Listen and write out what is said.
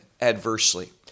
adversely